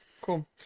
cool